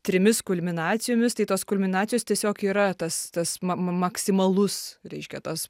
trimis kulminacijomis tai tos kulminacijos tiesiog yra tas tas ma maksimalus reiškia tas